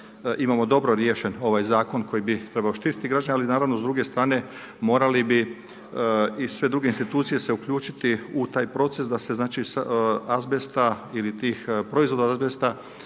imamo riješen ovaj zakon koji bi trebao štititi građane ali naravno s druge strane morale bi i sve druge institucije se uključiti u taj proces da se s azbesta ili tih proizvoda azbesta